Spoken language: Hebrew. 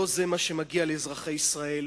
לא זה מה שמגיע לאזרחי ישראל,